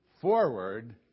forward